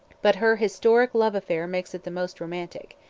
but her historic love-affair makes it the most romantic.